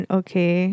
okay